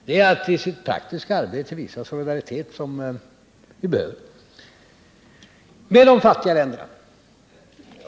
Det är i det praktiska arbetet vi behöver visa solidaritet med de fattiga länderna.